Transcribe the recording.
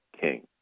king